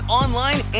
online